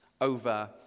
over